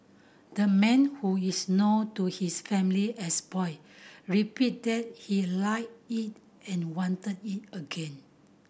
the man who is known to his family as Boy replied he liked it and wanted it again